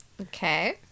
Okay